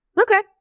Okay